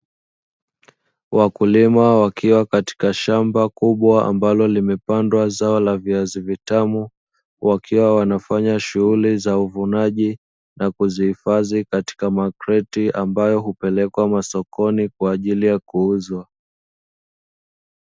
Wakulima wakiwa katika shamba kubwa ambaloo limepandwa zao la viazi vitamu wakiwa wanafanya shughuli za uvunaji na kuzifadhi katika makreti ambayo upelekwa masokoni kwa ajili ya kuuzwa.